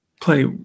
Play